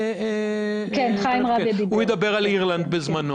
ידבר על אירלנד.